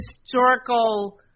historical